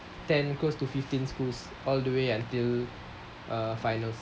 ten close to fifteen schools all the way until uh finals